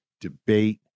debate